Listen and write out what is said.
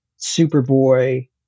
Superboy